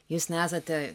jūs nesate